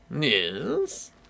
Yes